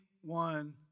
one